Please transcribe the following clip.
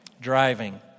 Driving